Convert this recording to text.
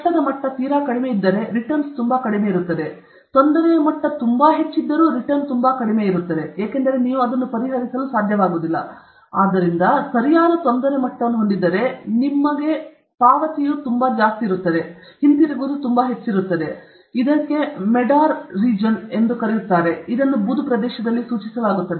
ಕಷ್ಟದ ಮಟ್ಟ ತೀರಾ ಕಡಿಮೆಯಿದ್ದರೆ ರಿಟರ್ನ್ ತುಂಬಾ ಕಡಿಮೆಯಿರುತ್ತದೆ ತೊಂದರೆ ಮಟ್ಟ ತುಂಬಾ ಹೆಚ್ಚಿದ್ದರೆ ರಿಟರ್ನ್ ಕೂಡ ತುಂಬಾ ಕಡಿಮೆಯಿದೆ ಏಕೆಂದರೆ ನೀವು ಅದನ್ನು ಪರಿಹರಿಸಲು ಸಾಧ್ಯವಾಗುವುದಿಲ್ಲ ಆದರೆ ಅದು ಸರಿಯಾದ ತೊಂದರೆ ಮಟ್ಟವನ್ನು ಹೊಂದಿದ್ದರೆ ನೀವು ಹಿಂದಿರುಗುವುದು ತುಂಬಾ ಹೆಚ್ಚಿದೆ ಇದು ಮೆಡಾರ್ ವಲಯ ಎಂದು ಕರೆಯಲಾಗುವ ಬೂದು ಪ್ರದೇಶದಲ್ಲಿ ಸೂಚಿಸಲಾಗುತ್ತದೆ